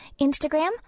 Instagram